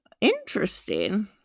Interesting